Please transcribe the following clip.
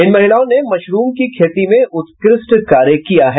इन महिलाओं ने मशरूम की खेती में उत्कृष्ठ कार्य किया है